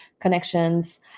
connections